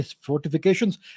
fortifications